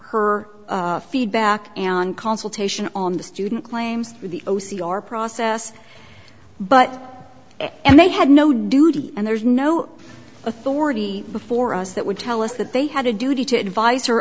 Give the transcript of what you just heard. her feedback on consultation on the student claims the o c r process but and they had no duty and there's no authority before us that would tell us that they had a duty to advis